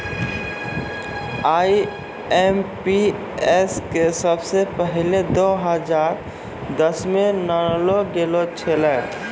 IMPS के सबसे पहिलै दो हजार दसमे लानलो गेलो छेलै